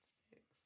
six